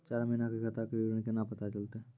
चार महिना के खाता के विवरण केना पता चलतै?